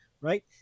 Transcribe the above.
Right